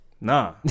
nah